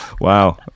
Wow